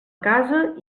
casa